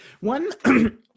one